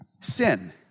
sin